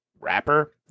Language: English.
rapper